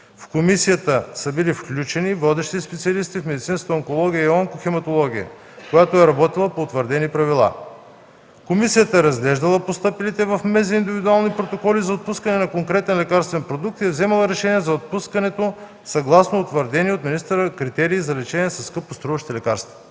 В комисията са били включени водещи специалисти в медицинската онкология и онкохематология, която е работила по утвърдени правила. Комисията е разглеждала постъпилите в Министерството на здравеопазването индивидуални протоколи за отпускане на конкретен лекарствен продукт и е вземала решение за отпускането, съгласно утвърдени от министъра критерии за лечение със скъпоструващи лекарства.